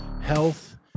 health